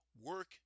work